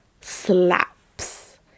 slaps